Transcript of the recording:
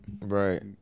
Right